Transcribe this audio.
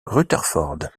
rutherford